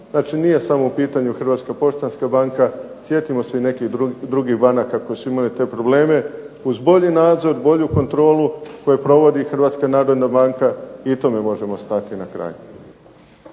Znači nije samo u pitanju Hrvatska poštanska banka, sjetimo se i nekih drugih banaka koje su imale te probleme, uz bolji nadzor, bolju kontrolu koju provodi Hrvatska narodna banka i tome možemo stati na kraj.